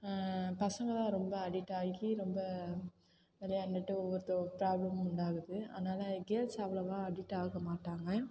பசங்கள் தான் ரொம்ப அடிக்ட் ஆகி ரொம்ப விளையாண்டுட்டு ஒவ்வொருத்து ஒரு ப்ராப்ளம் உண்டாகுது அதனால் கேர்ள்ஸ் அவ்வளவா அடிக்ட் ஆக மாட்டாங்க